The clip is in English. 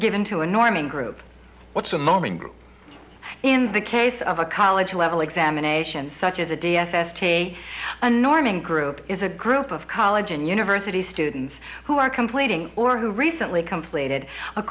given to a norman group what's a moment in the case of a college level examination such as a d s s to a a norman group is a group of college and university students who are completing or who recently completed a